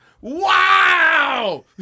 Wow